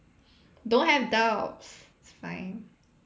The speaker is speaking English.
don't have doubts it's fine